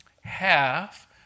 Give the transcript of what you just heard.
Half